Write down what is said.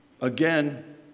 Again